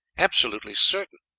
absolutely certain.